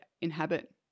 inhabit